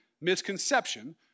misconception